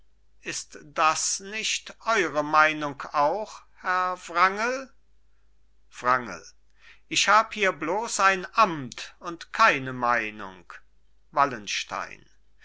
ist das nicht eure meinung auch herr wrangel wrangel ich hab hier bloß ein amt und keine meinung wallenstein